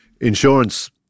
Insurance